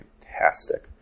fantastic